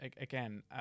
again